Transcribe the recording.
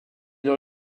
dans